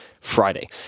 Friday